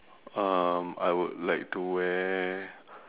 um I would like to wear